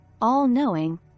all-knowing